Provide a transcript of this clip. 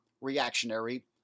reactionary